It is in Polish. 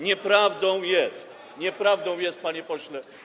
Nieprawdą jest, nieprawdą jest, panie pośle.